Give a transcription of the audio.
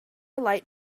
light